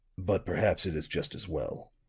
but perhaps it is just as well.